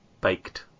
Baked